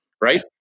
Right